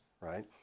right